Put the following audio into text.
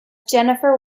jennifer